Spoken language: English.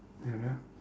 you know